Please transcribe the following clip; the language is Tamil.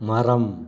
மரம்